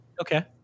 Okay